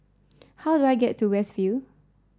how do I get to West View